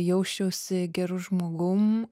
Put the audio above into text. jausčiausi geru žmogum